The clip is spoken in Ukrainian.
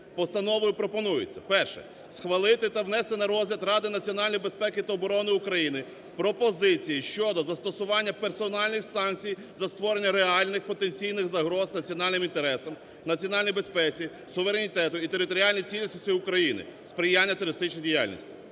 Постановою пропонується. Перше. Схвалити на внести на розгляд Ради національної безпеки та оборони України пропозиції щодо застосування персональних санкцій за створення реальних, потенційних загроз національним інтересам, національній безпеці, суверенітету і територіальній цілісності України, сприяння терористичній діяльності.